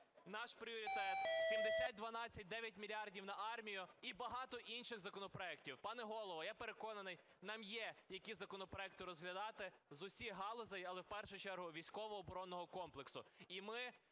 Наш пріоритет – 7012: 9 мільярдів на армію. І багато інших законопроектів. Пане Голово, я переконаний, нам є які законопроекти розглядати з усіх галузей, але в першу чергу військово-оборонного комплексу.